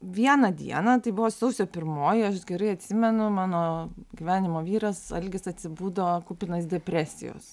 vieną dieną tai buvo sausio pirmoji aš gerai atsimenu mano gyvenimo vyras algis atsibudo kupinas depresijos